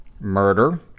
Murder